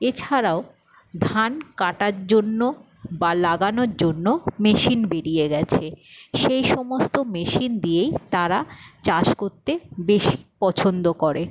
এছাড়াও ধান কাটার জন্য বা লাগানোর জন্য মেশিন বেরিয়ে গেছে সেই সমস্ত মেশিন দিয়েই তারা চাষ করতে বেশি পছন্দ করে